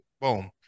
Boom